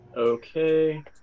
Okay